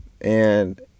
and-